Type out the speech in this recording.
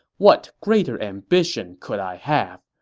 what greater ambition could i have?